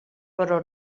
però